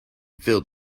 filled